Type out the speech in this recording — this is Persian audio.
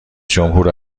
جمهور